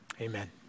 Amen